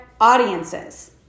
audiences